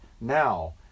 now